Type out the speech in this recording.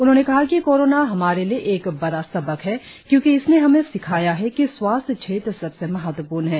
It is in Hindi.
उन्होंने कहा कि कोरोना हमारे लिए एक बड़ा सबक है क्योंकि इसने हमें सिखाया है कि स्वास्थ्य क्षेत्र सबसे महत्वपूर्ण है